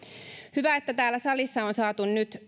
hyvä että täällä salissa on saatu nyt